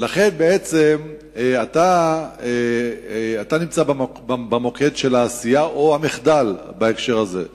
ולכן אתה נמצא במוקד של העשייה או המחדל בהקשר הזה.